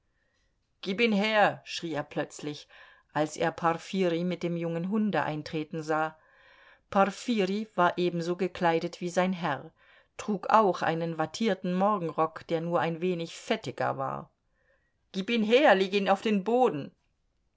gib ihn her schrie er plötzlich als er porfirij mit dem jungen hunde eintreten sah porfirij war ebenso gekleidet wie sein herr trug auch einen wattierten morgenrock der nur ein wenig fettiger war gib ihn her leg ihn auf den boden